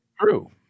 true